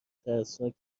ترسناک